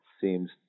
seems